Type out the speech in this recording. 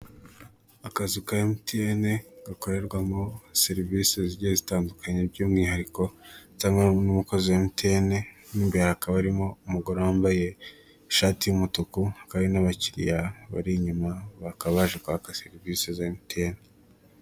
Akazu ka mtn gakorerwamo serivisi zigiye zitandukanye by'umwiharikota cyangwa umukozi wa mtn, mo imbere hakaba harimo umugore wambaye ishati y'umutuku hari n'abakiriya bari inyuma bakaba baje kwaka serivisi za mtn.